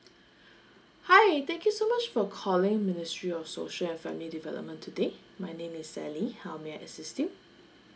hi thank you so much for calling ministry of social and family development today my name is sally how may I assist you